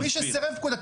מי שסירב פקודה,